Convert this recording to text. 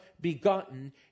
begotten